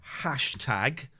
hashtag